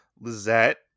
Lizette